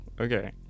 okay